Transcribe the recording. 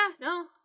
no